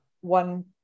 one